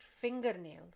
fingernails